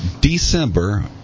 December